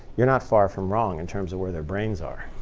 you're not far from wrong in terms of where their brains are.